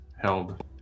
held